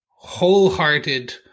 Wholehearted